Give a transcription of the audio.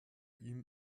ihm